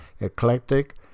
eclectic